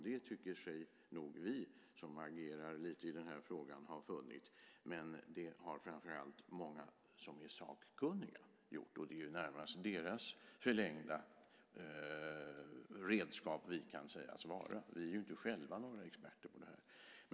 Det tycker nog vi som agerar i denna fråga har funnits, men det har framför allt många som är sakkunniga gjort. Det är närmast deras förlängda redskap vi kan sägas vara. Vi är inte själva några experter.